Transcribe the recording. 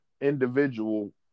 individual